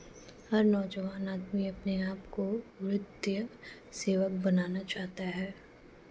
हर नौजवान आदमी अपने आप को वित्तीय सेवक बनाना चाहता है